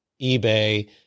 eBay